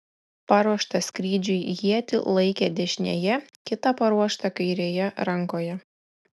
paruoštą skrydžiui ietį laikė dešinėje kitą paruoštą kairėje rankoje